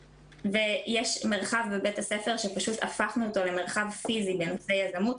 יש מרחב בבית הספר שפשוט הפכנו אותו למרחב פיזי בנושא יזמות.